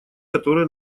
которые